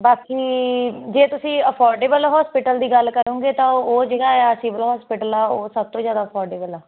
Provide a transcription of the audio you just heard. ਬਾਕੀ ਜੇ ਤੁਸੀਂ ਅਫੋਰਡੇਬਲ ਹੋਸਪਿਟਲ ਦੀ ਗੱਲ ਕਰੋਗੇ ਤਾਂ ਉਹ ਜਿਹੜਾ ਸਿਵਲ ਹੋਸਪੀਟਲ ਆ ਉਹ ਸਭ ਤੋਂ ਜਿਆਦਾ ਅਕੋਰਡਬਲ ਆ